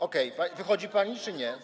Okej, wychodzi pani czy nie?